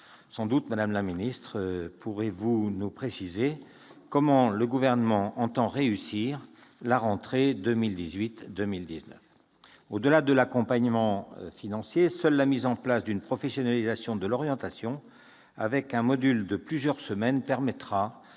Sans doute, madame la ministre, pourrez-vous nous préciser comment le Gouvernement entend réussir la rentrée 2018-2019. Au-delà de l'accompagnement financier, seule la mise en place d'une professionnalisation de l'orientation, avec un module de plusieurs semaines, permettra